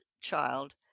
child